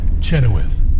Chenoweth